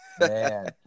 Man